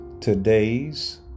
Today's